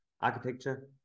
architecture